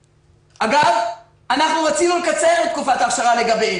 אגב, רצינו לקצר את תקופת האכשרה לגביהם,